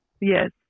Yes